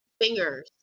fingers